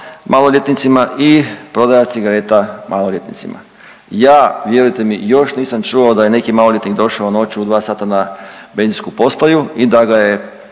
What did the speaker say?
maloljetnicima i prodaja cigareta maloljetnicima. Ja vjerujte mi još nisam čuo da je neki maloljetnik došao noću u dva sata na benzinsku postaju i da ga je